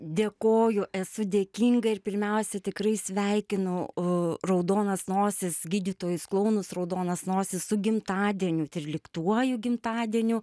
dėkoju esu dėkinga ir pirmiausia tikrai sveikinu u raudonas nosis gydytojus klounus raudonas nosis su gimtadieniu tryliktuoju gimtadieniu